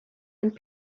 and